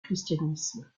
christianisme